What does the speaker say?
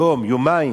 יום, יומיים.